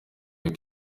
kuko